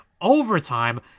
overtime